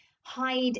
hide